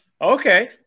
Okay